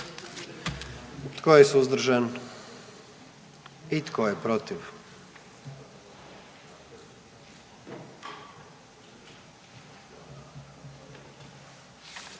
Tko je suzdržan? I tko je protiv?